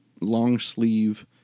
long-sleeve